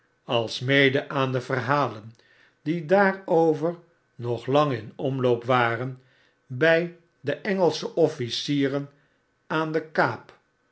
alsmede aan de verhalen die daarover nog lang in omloop waren by de engelsche officieren aan de kaap